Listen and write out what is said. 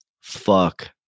Fuck